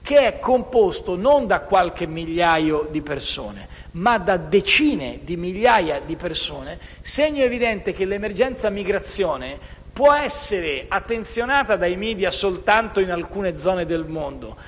composto non da qualche migliaia di persone, ma da decine di migliaia di persone. Ciò è il segno evidente che l'emergenza migrazione può essere attenzionata dai *media* soltanto in alcune zone del mondo,